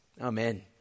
Amen